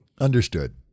Understood